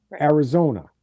Arizona